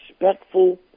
respectful